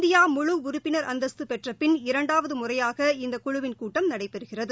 India முழு உறுப்பினர் அந்தஸ்து பெற்ற பின் இரண்டாது முறையாக இந்த குழுவின் கூட்டம் நடைபெறுகிறது